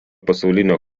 pasaulinio